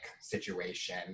situation